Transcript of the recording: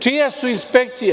Čije su inspekcije?